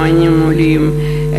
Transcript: אמנים עולים,